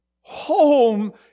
Home